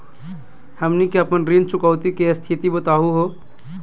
हमनी के अपन ऋण चुकौती के स्थिति बताहु हो?